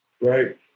right